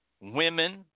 women